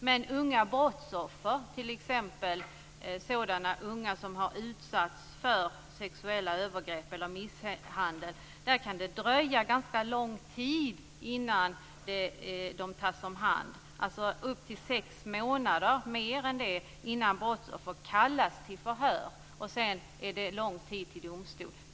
Men för unga brottsoffer, t.ex. sådana unga som har utsatts för sexuella övergrepp eller misshandel, kan det dröja ganska lång tid innan de tas om hand, alltså sex månader och mer än det innan brottsoffer kallas till förhör, och sedan är det lång tid till domstolsförhandlingen.